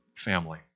family